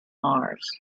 mars